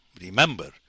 Remember